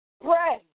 Pray